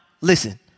listen